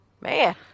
Man